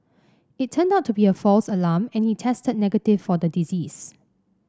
it turned out to be a false alarm and he tested negative for the disease